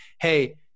hey